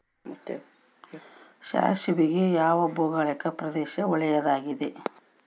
ಸಾಸಿವೆಗೆ ಯಾವ ಭೌಗೋಳಿಕ ಪ್ರದೇಶ ಒಳ್ಳೆಯದಾಗಿದೆ?